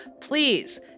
please